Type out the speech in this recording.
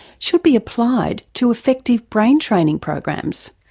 should be applied to effective brain-training programs?